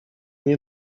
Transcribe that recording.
nie